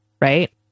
right